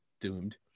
doomed